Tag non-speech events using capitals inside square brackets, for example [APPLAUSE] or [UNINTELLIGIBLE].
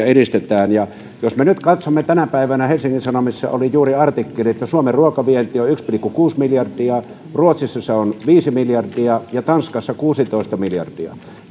[UNINTELLIGIBLE] edistetään jos me nyt katsomme tätä tänä päivänä helsingin sanomissa oli juuri artikkeli että suomen ruokavienti on yksi pilkku kuusi miljardia ruotsissa se on viisi miljardia ja tanskassa kuusitoista miljardia